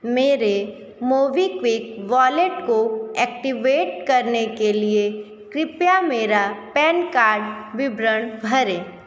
मेरे MobiKwik wallet को activate करने के लिए कृपया मेरा पैन कार्ड विवरण भरें